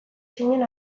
zinen